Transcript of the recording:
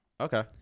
Okay